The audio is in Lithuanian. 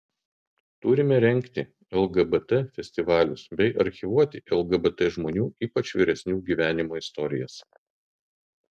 turime rengti lgbt festivalius bei archyvuoti lgbt žmonių ypač vyresnių gyvenimo istorijas